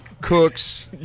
Cooks